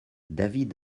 david